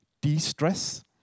de-stress